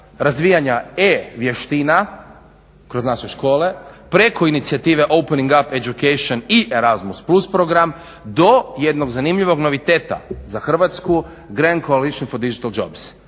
razvijanja e-vještina kroz naše škole, preko inicijative Opening up education i Razmus Plus program do jednog zanimljivog noviteta za Hrvatsku, Grand Coalition for Digital Jobs,